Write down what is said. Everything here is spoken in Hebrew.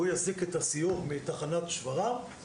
שהוא יזעיק את הסיור מתחנת שפרעם ושיגיע לצומת ויטפל.